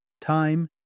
Time